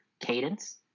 cadence